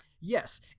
Yes